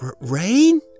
Rain